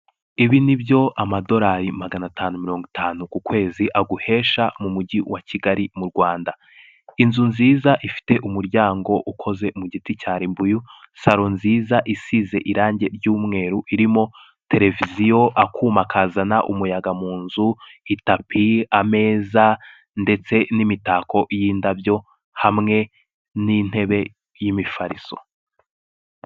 Ibi ni byo amadorari magana atanu mirongo itanu ku kwezi aguhesha mu mujyi wa Kigali mu Rwanda, inzu nziza ifite umuryango ukoze mu giti cya ribuyu, saro nziza isize irangi ry'umweru irimo televiziyo, akuma kazana umuyaga mu nzu, itapi, ameza ndetse n'imitako y'indabyo hamwe n'intebe y'imifariso.